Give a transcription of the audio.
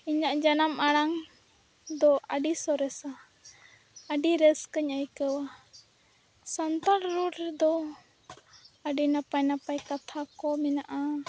ᱤᱧᱟᱹᱜ ᱡᱟᱱᱟᱢ ᱟᱲᱟᱝ ᱫᱚ ᱟᱹᱰᱤ ᱥᱚᱨᱮᱥᱟ ᱟᱹᱰᱤ ᱨᱟᱹᱥᱠᱟᱹᱧ ᱟᱹᱭᱠᱟᱹᱣᱟ ᱥᱟᱱᱛᱟᱲ ᱨᱚᱲ ᱨᱮᱫᱚ ᱟᱹᱰᱤ ᱱᱟᱯᱟᱭᱼᱱᱟᱯᱟᱭ ᱠᱟᱛᱷᱟᱠᱚ ᱢᱮᱱᱟᱜᱼᱟ